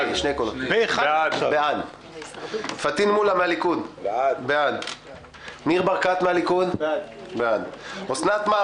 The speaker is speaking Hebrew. בעד פטין מולא- בעד ניר ברקת- בעד אוסנת הילה